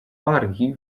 wargi